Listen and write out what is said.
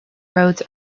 roads